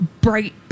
Bright